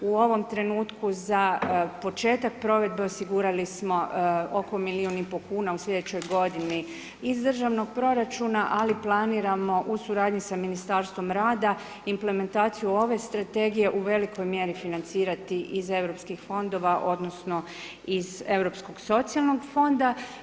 U ovom trenutku za početak provedbe osigurali smo oko milijun i pol kuna u slijedećoj godini iz državnog proračuna ali planiramo u suradnji sa Ministarstvom rada implementaciju ove strategije u velikoj mjeri financirati iz europskih fondova odnosno iz Europskog socijalnog fonda.